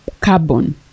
carbon